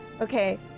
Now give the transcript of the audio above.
okay